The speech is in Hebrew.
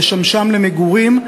להשמישם למגורים.